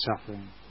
suffering